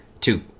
Two